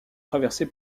traversée